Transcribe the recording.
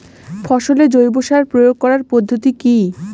ফসলে জৈব সার প্রয়োগ করার পদ্ধতি কি?